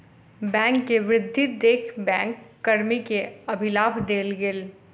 bank के वृद्धि देख बैंक कर्मी के अधिलाभ देल गेल